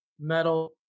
metal